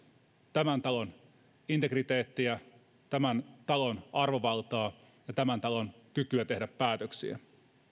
tämän talon integriteettiä tämän talon arvovaltaa ja tämän talon kykyä tehdä päätöksiä